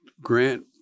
Grant